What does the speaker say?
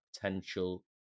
potential